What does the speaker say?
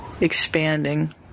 expanding